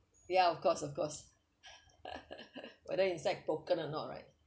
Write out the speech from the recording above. ya of course of course whether inside broken or not right